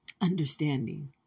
understanding